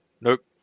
Nope